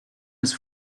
his